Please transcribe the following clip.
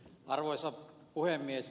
arvoisa puhemies